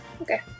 Okay